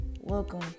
welcome